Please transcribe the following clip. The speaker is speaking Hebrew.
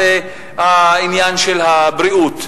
בעניין הבריאות.